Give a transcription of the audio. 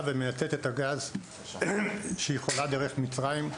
ומייצאת את הגז שהיא יכולה דרך מצרים.